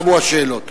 תמו השאלות.